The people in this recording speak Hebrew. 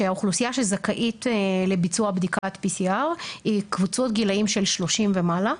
שהאוכלוסייה שזכאית לביצוע בדיקת PCR היא קבוצות גילאים של 30 ומעלה.